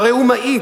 והרי הוא מעיד